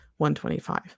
125